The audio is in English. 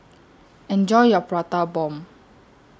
Enjoy your Prata Bomb